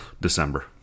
December